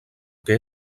que